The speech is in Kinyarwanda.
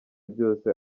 ryose